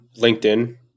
LinkedIn